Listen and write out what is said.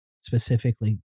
specifically